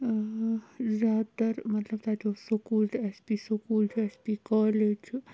زیادٕ تَر مَطلَب تَتہِ اوس سکوٗل تہٕ ایس پی سکوٗل چھُ ایس پی کالیج چھُ